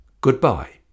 goodbye